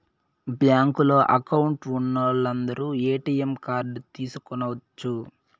బ్యాంకులో అకౌంట్ ఉన్నోలందరు ATM card తీసుకొనచ్చు